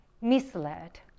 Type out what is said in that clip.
misled